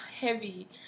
heavy